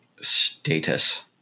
Status